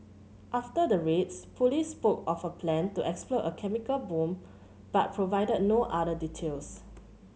after the raids police spoke of a plan to explode a chemical bomb but provided no other details